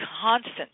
constant